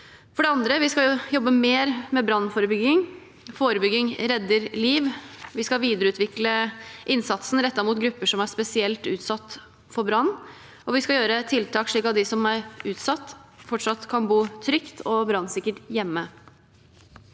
For det andre skal vi jobbe mer med brannforebygging. Forebygging redder liv. Vi skal videreutvikle innsatsen rettet mot grupper som er spesielt utsatt for brann, og vi skal gjøre tiltak slik at de som er utsatt, fortsatt kan bo trygt og brannsikkert hjemme.